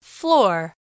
Floor